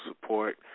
support